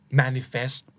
manifest